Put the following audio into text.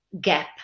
gap